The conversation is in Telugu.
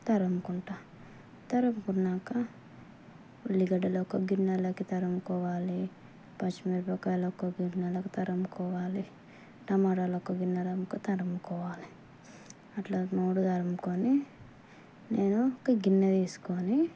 తురుగుకుంటాను తరుగుకున్నాక ఉల్లిగడ్డలు ఒక గిన్నెలోకి తరుగుకోవాలి పచ్చిమిరపకాయలు ఒక గిన్నెలోకి తరుగుకోవాలి టమాటాలు ఒక గిన్నెలోకి తరుగుకోవాలి అట్లా మూడు తరుగుకుని నేను ఒక గిన్నె తీసుకొని